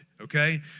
Okay